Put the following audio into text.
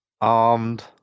armed